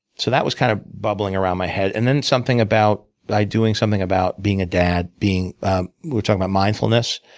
so that was kind of bubbling around my head. and then something about like doing something about being a dad, being we were talking about mindfulness?